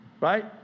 Right